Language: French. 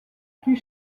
plus